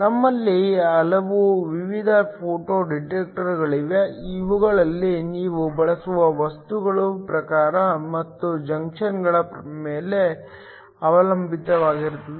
ನಮ್ಮಲ್ಲಿ ಹಲವು ವಿಧದ ಫೋಟೋ ಡಿಟೆಕ್ಟರ್ಗಳಿವೆ ಇವುಗಳು ನೀವು ಬಳಸುವ ವಸ್ತುಗಳ ಪ್ರಕಾರ ಮತ್ತು ಜಂಕ್ಷನ್ಗಳ ಮೇಲೆ ಅವಲಂಬಿತವಾಗಿರುತ್ತದೆ